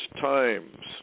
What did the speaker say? Times